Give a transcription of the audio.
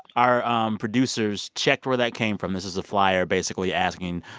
our um producers checked where that came from. this is a flyer basically asking,